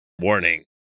Warning